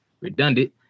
redundant